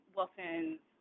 Wilson's